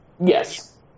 Yes